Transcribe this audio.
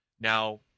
Now